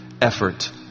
effort